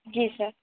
जी sir